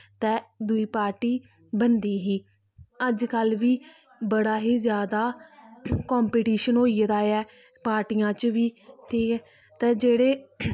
ते दुई पार्टी बनदी ही अज्जकल बी बड़ा ही ज्यादा कम्पीटिशन होई गेदा ऐ पार्टियां च बी ठीक ऐ ते जेह्ड़े